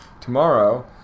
Tomorrow